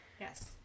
Yes